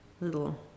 little